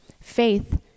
Faith